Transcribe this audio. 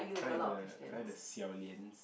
I like the I like the xiao-lians